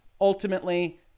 ultimately